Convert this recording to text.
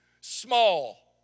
small